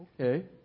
Okay